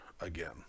again